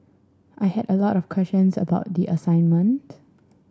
I had a lot of questions about the assignment